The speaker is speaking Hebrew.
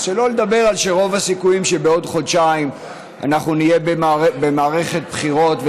שלא לדבר על זה שרוב הסיכויים שבעוד חודשיים נהיה במערכת בחירות,